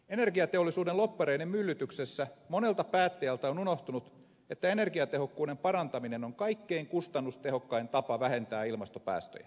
energiateollisuuden lobbareiden myllytyksessä monelta päättäjältä on unohtunut että energiatehokkuuden parantaminen on kaikkein kustannustehokkain tapa vähentää ilmastopäästöjä